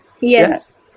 Yes